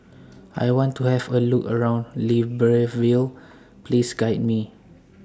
I want to Have A Look around Libreville Please Guide Me